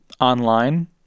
online